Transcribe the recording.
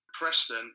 Preston